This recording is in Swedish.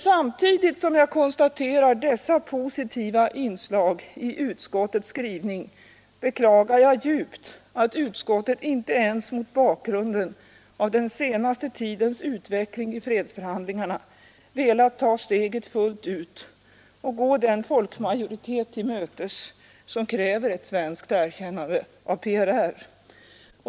Samtidigt som jag konstaterar dessa positiva inslag i utskottets skrivning beklagar jag djupt att utskottet inte ens mot bakgrunden av den senaste tidens utveckling i fredsförhandlingarna velat ta steget fullt ut och gå den folkmajoritet till mötes som kräver ett svenskt erkännande av PRR.